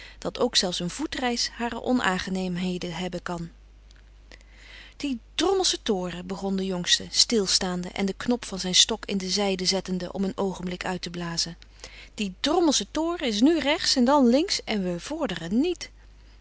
dat ook zelfs een voetreis hare onaangenaamheden hebben kan die drommelsche toren begon de jongste stilstaande en den knop van zijn stok in de zijde zettende om een oogenblik uit te blazen die drommelsche toren is nu rechts en dan links en we vorderen niet